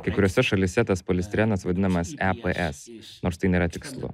kai kuriose šalyse tas polistirenas vadinamas eps nors tai nėra tikslu